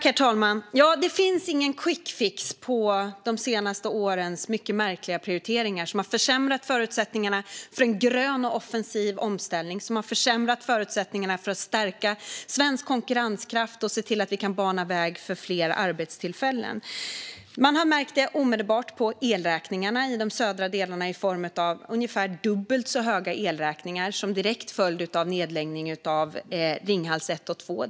Herr talman! Det finns ingen quickfix efter de senaste årens mycket märkliga prioriteringar, som har försämrat förutsättningarna för en grön och offensiv omställning och förutsättningarna för att stärka svensk konkurrenskraft och se till att vi kan bana väg för fler arbetstillfällen. Man har märkt det omedelbart i de södra delarna av landet i form av ungefär dubbelt så höga elräkningar som direkt följd av nedläggningen av Ringhals 1 och 2.